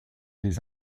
des